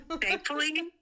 Thankfully